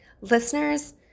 listeners